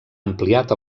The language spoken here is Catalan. ampliat